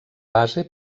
base